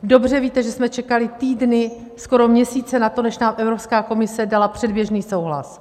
Dobře víte, že jsme čekali týdny, skoro měsíce na to, než nám Evropská komise dala předběžný souhlas.